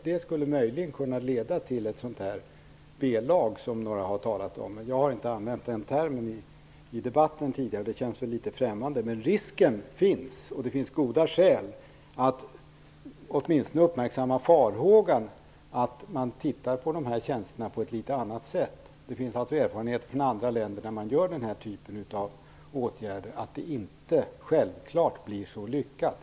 Det skulle möjligen kunna leda till ett sådant B-lag som några har talat om. Jag har inte använt den termen i debatten tidigare. Det känns litet främmande. Men risken finns, och det finns goda skäl att uppmärksamma detta och titta på dessa tjänster på ett litet annat sätt. Det finns erfarenheter från andra länder där man gör den här typen av åtgärder som visar att det inte alltid blir så lyckat.